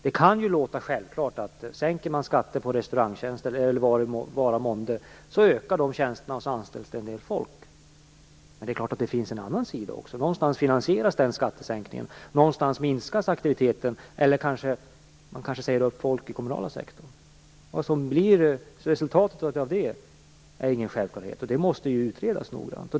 Det kan låta självklart att en sänkning av skatten på restaurangtjänster eller vad det nu vara månde, gör att de tjänsterna ökar och det anställs en del folk. Men det finns också en annan sida. Någonstans finansieras den skattesänkningen. Någonstans minskas aktiviteten, eller man kanske får säga upp folk på den kommunala sektorn. Vad som blir resultatet av det är ingen självklarhet. Det måste utredas noggrant.